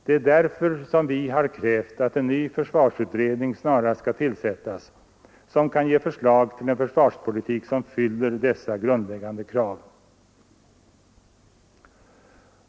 Det är därför som vi för vår del har krävt att en ny försvarsutredning snarast skall tillsättas som kan ge förslag till en försvarspolitik som fyller dessa grundläggande krav.